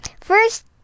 first